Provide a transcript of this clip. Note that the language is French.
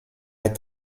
est